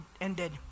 ended